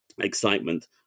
excitement